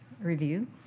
review